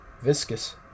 Viscous